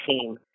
team